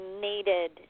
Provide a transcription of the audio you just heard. needed